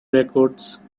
records